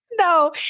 No